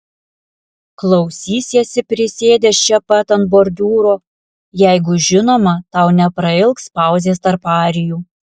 klausysiesi prisėdęs čia pat ant bordiūro jeigu žinoma tau neprailgs pauzės tarp arijų